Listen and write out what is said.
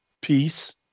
peace